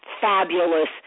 fabulous